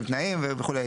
תנאים וכו'.